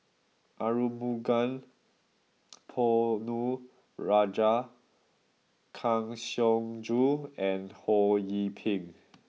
Arumugam Ponnu Rajah Kang Siong Joo and Ho Yee Ping